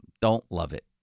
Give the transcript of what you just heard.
don't-love-it